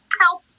help